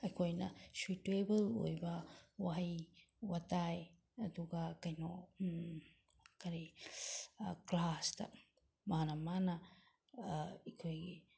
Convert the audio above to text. ꯑꯩꯈꯣꯏꯅ ꯁꯨꯏꯇꯦꯕꯜ ꯑꯣꯏꯕ ꯋꯥꯍꯩ ꯋꯥꯇꯥ ꯑꯗꯨꯒ ꯀꯩꯅꯣ ꯀꯔꯤ ꯀ꯭ꯂꯥꯁꯇ ꯃꯥꯅ ꯃꯥꯅ ꯑꯩꯈꯣꯏꯒꯤ